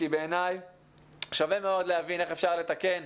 כי בעיני שווה מאוד להבין איך אפשר לתקרן